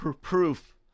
proof